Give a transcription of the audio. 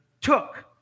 took